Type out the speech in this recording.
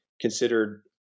considered